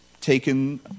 taken